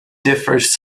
differs